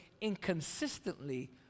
inconsistently